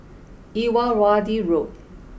Rrrawaddy Road